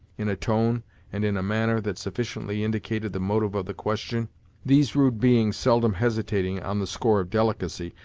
in a tone and in a manner that sufficiently indicated the motive of the question these rude beings seldom hesitating, on the score of delicacy,